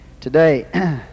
today